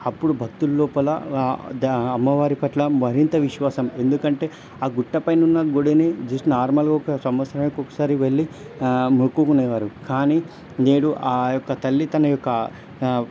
అప్పుడు భక్తుల్లోపల దా అమ్మవారి పట్ల మరింత విశ్వాసం ఎందుకంటే ఆ గుట్టపైన ఉన్న గుడిని జస్ట్ నార్మల్గా ఒక సంవత్సరానికొకసారి వెళ్ళి ముక్కుకునేవారు కానీ నేడు ఆ యొక్క తల్లి తన యొక్క